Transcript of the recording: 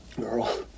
Girl